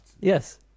Yes